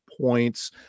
points